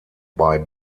bei